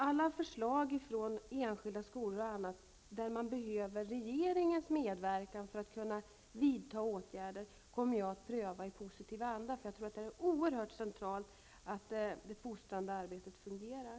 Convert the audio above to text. Alla förslag från enskilda skolor och andra där regeringens medverkan behövs för att man skall kunna vidta åtgärder, kommer jag att pröva i positiv anda. Det är oerhört centralt att det fostrande arbetet fungerar.